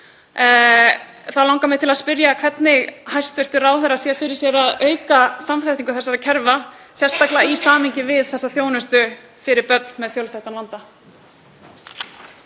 þá langar mig til að spyrja hvernig hæstv. ráðherra sér fyrir sér að auka samþættingu þessara kerfa, sérstaklega í samhengi við þjónustu fyrir börn með fjölþættan vanda.